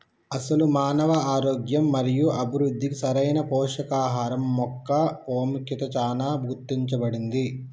అసలు మానవ ఆరోగ్యం మరియు అభివృద్ధికి సరైన పోషకాహరం మొక్క పాముఖ్యత చానా గుర్తించబడింది